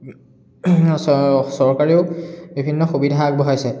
চ চৰকাৰেও বিভিন্ন সুবিধা আগবঢ়াইছে